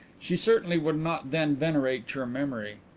she certainly would not then venerate your memory.